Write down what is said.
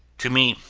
to me,